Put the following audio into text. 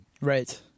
Right